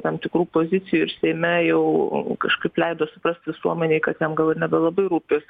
tam tikrų pozicijų ir seime jau kažkaip leido suprast visuomenei kad jam gal ir nebelabai rūpi